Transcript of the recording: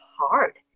hard